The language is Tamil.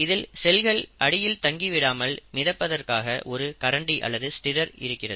இதில் செல்கள் அடியில் தங்கி விடாமல் மிதப்பதற்காக ஒரு கரண்டி அல்லது ஸ்டிரர் இருக்கிறது